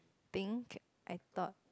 think I thought